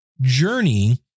Journey